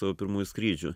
savo pirmųjų skrydžių